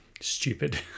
Stupid